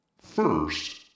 First